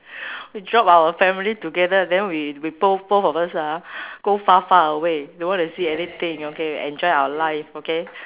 we drop our family together then we we both both of us ah go far far away don't want to see anything okay enjoy our life okay